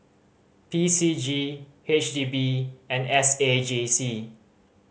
P C G H D B and S A J C